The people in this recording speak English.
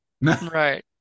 Right